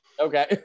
Okay